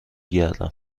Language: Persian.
گردیم